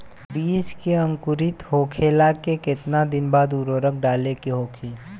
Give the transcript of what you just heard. बिज के अंकुरित होखेला के कितना दिन बाद उर्वरक डाले के होखि?